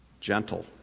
gentle